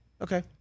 Okay